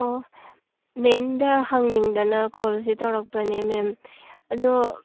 ꯑꯣ ꯃꯦꯝꯗ ꯍꯪꯅꯤꯡꯗꯅ ꯀꯣꯜꯁꯤ ꯇꯧꯔꯛꯄꯅꯦ ꯃꯦꯝ ꯑꯗꯣ